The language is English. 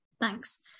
Thanks